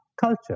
culture